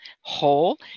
whole